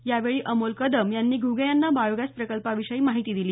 यावेळी अमोल कदम यांनी घुगे यांना बायोगॅस प्रकल्पाविषयी माहिती दिली